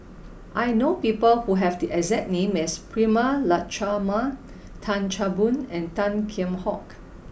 I know people who have the exact name as Prema Letchumanan Tan Chan Boon and Tan Kheam Hock